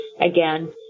again